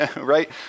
right